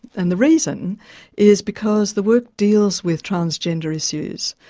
and the reason is because the work deals with transgender issues.